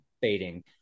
fading